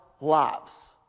lives